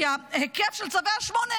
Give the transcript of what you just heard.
כי ההיקף של צווי השמונה,